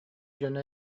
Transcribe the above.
дьоно